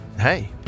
hey